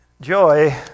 joy